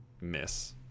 miss